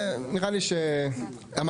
נראה לי שאמרנו.